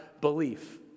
belief